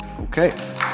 Okay